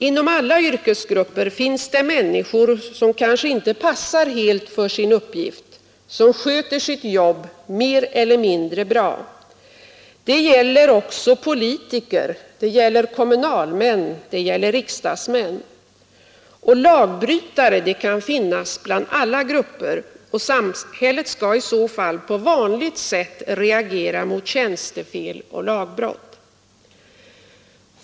Inom alla yrkesgrupper finns det människor som kanske inte passar helt för sin uppgift, människor som sköter sitt jobb mer eller mindre bra. Det gäller också politiker — det gäller kommunalmän och det gäller riksdagsmän. Lagbrytare kan finnas inom alla grupper, och samhället skall i så fall på vanligt sätt reagera mot tjänstefel och lagbrott.